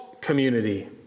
community